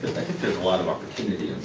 a lot of opportunity